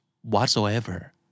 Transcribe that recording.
whatsoever